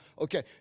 Okay